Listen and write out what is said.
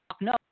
no